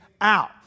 out